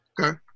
Okay